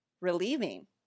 relieving